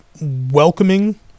welcoming